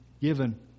given